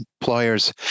employers